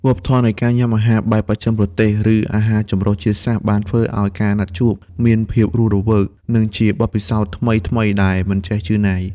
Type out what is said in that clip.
វប្បធម៌នៃការញ៉ាំអាហារបែបបស្ចិមប្រទេស ឬអាហារចម្រុះជាតិសាសន៍ បានធ្វើឱ្យការណាត់ជួបមានភាពរស់រវើក និងជាបទពិសោធន៍ថ្មីៗដែលមិនចេះជឿនណាយ។